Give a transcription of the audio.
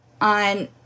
on